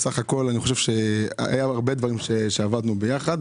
בסך הכול אני חושב שהיו הרבה דברים שעבדנו ביחד,